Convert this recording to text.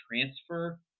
transfer